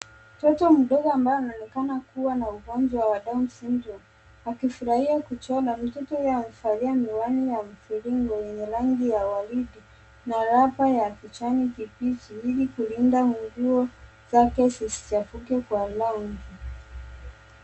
Mtoto mdogo ambaye anaonekana kuwa na ugonjwa wa down syndrome akifurahia kuchora. Mtoto huyo amevalia miwani ya mviringo yenye rangi ya waridi rafa ya kijani kibichi ili kulinda nguo zake zisichafuke kwa rangi.